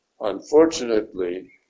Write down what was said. unfortunately